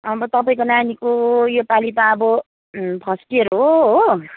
अब तपाईँको नानीको योपालि त अब फर्स्ट इयर हो हो